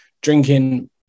drinking